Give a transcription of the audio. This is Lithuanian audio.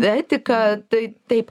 etiką tai taip